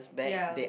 ya